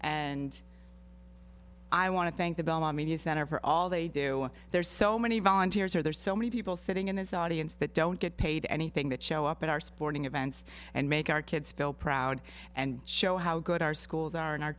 and i want to thank the bellamy the offender for all they do there are so many volunteers are there so many people sitting in this audience that don't get paid anything that show up at our sporting events and make our kids feel proud and show how good our schools are in our